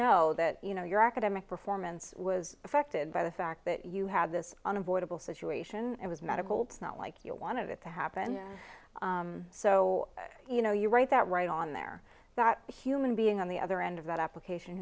know that you know your academic performance was affected by the fact that you had this unavoidable situation it was medical not like you wanted it to happen so you know you write that right on there that human being on the other end of that application